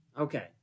Okay